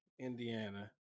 Indiana